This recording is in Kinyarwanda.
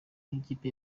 nk’ikipe